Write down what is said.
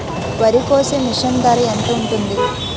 వరి కోసే మిషన్ ధర ఎంత ఉంటుంది?